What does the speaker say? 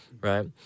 right